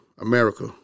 America